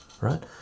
right